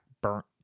burnt